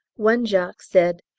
one jock said,